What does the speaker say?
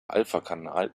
alphakanal